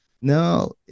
no